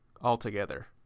altogether